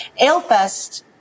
Alefest